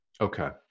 Okay